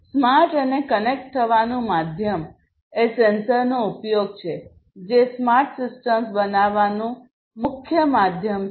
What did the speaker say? smart અને connect થવાનું માધ્યમ એ સેન્સરનો ઉપયોગ છે જે સ્માર્ટ સિસ્ટમ્સ બનાવવાનું મુખ્ય માધ્યમ છે